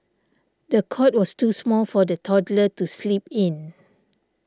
the cot was too small for the toddler to sleep in